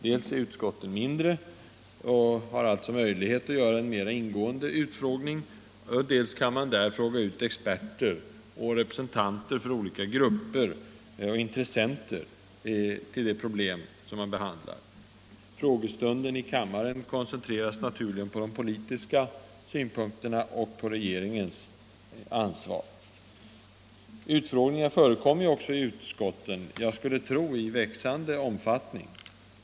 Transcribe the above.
Dels är utskotten mindre och har alltså möjlighet att göra en mera ingående utfrågning, dels kan man där fråga ut experter och representanter för olika intressentgrupper. Frågestunden i kammaren koncentreras naturligen på de politiska synpunkterna och på regeringens ansvar. Utfrågningar förekommer ju också i utskotten — jag skulle tro i växande omfattning.